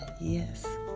Yes